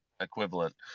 equivalent